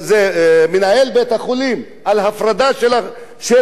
מנהל בית-החולים של ההפרדה של האפריקנים.